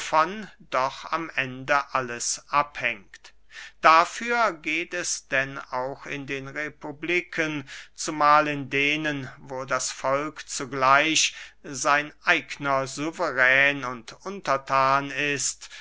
doch am ende alles abhängt dafür geht es denn auch in den republiken zumahl in denen wo das volk zugleich sein eigner suverän und unterthan ist